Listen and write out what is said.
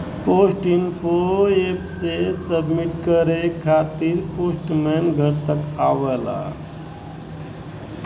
post info app से submit करे खातिर पोस्टमैन घर तक आवला